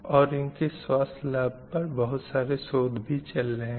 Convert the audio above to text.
और इनके स्वस्थ लाभ पर बहुत सारे शोध भी चल रहे हैं